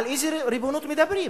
על איזה ריבונות מדברים?